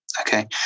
Okay